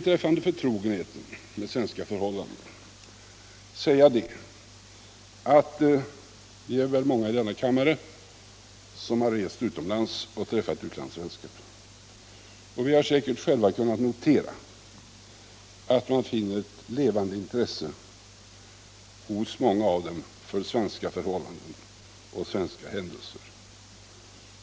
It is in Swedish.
Beträffande förtrogenheten med svenska förhållanden vill jag säga att vi har många i denna kammare som rest utomlands och träffat utlandssvenskar. Vi har kunnat notera att det hos många av dem finns ett levande intresse för svenska förhållanden och händelser i Sverige.